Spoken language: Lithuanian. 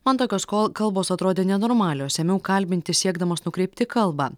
man tokios kol kalbos atrodė nenormalios ėmiau kalbinti siekdamas nukreipti kalbą